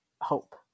hope